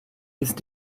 ist